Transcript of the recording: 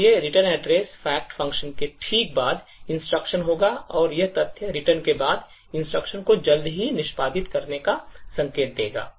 इसलिए return address fact function के ठीक बाद instruction होगा और यह तथ्य return के बाद instruction को जल्द ही निष्पादित करने का संकेत देगा